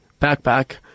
backpack